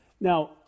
Now